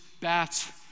bats